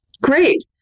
Great